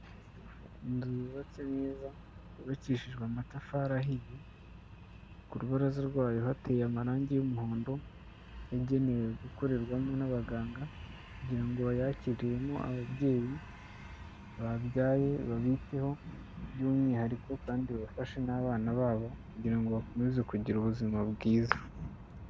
Inzu yubatse neza yubakishijwe amatafari ahiye, ku rubaraza rwayo hateye amarangi y'umuhondo, yagenewe gukorerwamo n'abaganga kugira ngo bayakiriremo ababyeyi babyaye babiteho by'umwihariko kandi bafashe n'abana babo kugira ngo bakomeze kugira ubuzima bwiza.